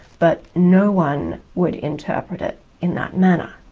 but no one would interpret it in that manner.